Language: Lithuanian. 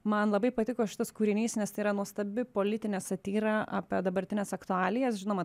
man labai patiko šitas kūrinys nes tai yra nuostabi politinė satyra apie dabartines aktualijas žinoma